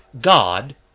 God